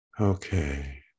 Okay